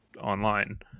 online